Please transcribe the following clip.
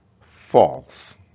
false